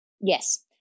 Yes